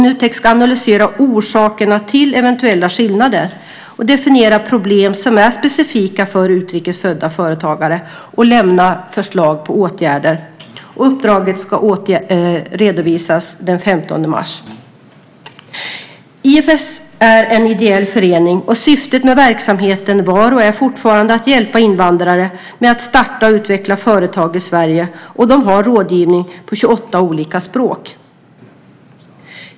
Nutek ska analysera orsakerna till eventuella skillnader, definiera problem som är specifika för utrikes födda företagare och lämna förslag på åtgärder. Uppdraget ska redovisas den 15 mars. IFS är en ideell förening, och syftet med verksamheten var och är fortfarande att hjälpa invandrare med att starta och utveckla företag i Sverige. De har rådgivning på 28 olika språk.